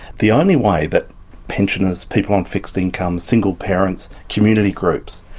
the only way that pensioners, people on fixed incomes, single parents, community groups,